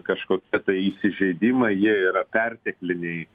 kažkokie tai įsižeidimai jie yra pertekliniai